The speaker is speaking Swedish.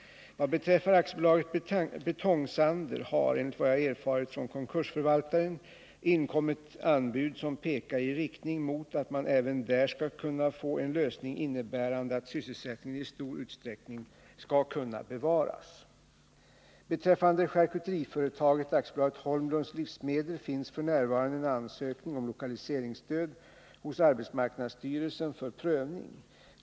Vad beträffar AB Betong-Sander har — enligt vad jag erfarit från konkursförvaltaren — inkommit anbud som pekar i riktning mot att man även där skall kunna få en lösning innebärande att sysselsättningen i stor utsträckning skall kunna bevaras. Beträffande charkuteriföretaget AB Holmlunds Livsmedel finns f. n. en ansökning om lokaliseringsstöd hos arbetsmarknadsstyrelsen för prövning.